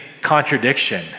contradiction